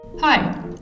hi